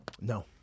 No